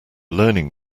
learning